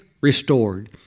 restored